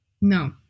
No